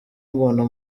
umuntu